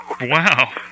Wow